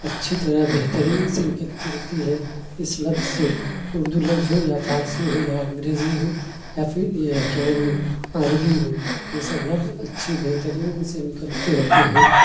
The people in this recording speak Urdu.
اچھی طرح بہترین سے نکلتی رہتی ہیں اس لفظ سے اردو لفظ ہو یا فارسی ہو یا انگریزی ہو یا پھر یہ کیا نام ہے عربی ہو یہ سب لفظ اچھی بہترین سے نکلتے رہتے ہیں